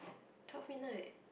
twelve midnight